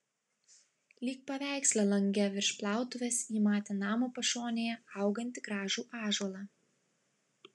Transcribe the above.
lyg paveiksle lange virš plautuvės ji matė namo pašonėje augantį gražų ąžuolą